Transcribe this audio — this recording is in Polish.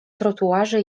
trotuarze